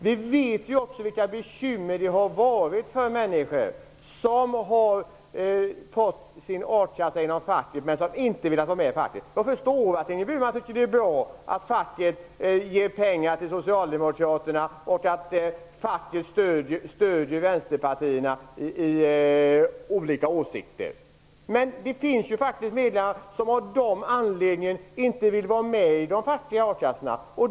Vi vet ju vilka bekymmer människor har haft som fått sin a-kassa genom facket men som inte velat vara med i facket. Jag förstår att Ingrid Burman tycker att det är bra att facket ger pengar till Socialdemokraterna och att facket stöder vänsterpartierna när det gäller olika åsikter. Men det finns faktiskt medlemmar som just av den anledningen inte vill vara med i de fackliga a-kassorna.